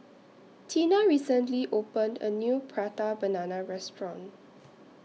Teena recently opened A New Prata Banana Restaurant